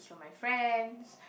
for my friends